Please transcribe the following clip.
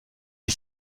est